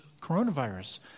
coronavirus